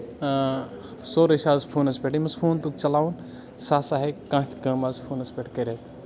سورُے چھُ آز فونَس پٮ۪ٹھ یٔمِس فون توٚگ چلاوُن سُہ سا ہیٚکہِ کانہہ تہِ کٲم آز فونَس پٮ۪ٹھ کٔرِتھ